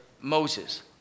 Moses